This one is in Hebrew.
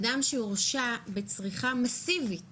אדם שהורשע בצריכה מסיבית